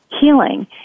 healing